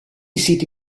siti